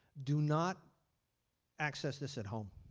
do not access this at home.